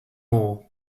more